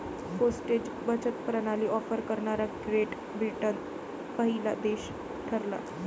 postage बचत प्रणाली offer करणारा ग्रेट ब्रिटन पहिला देश ठरला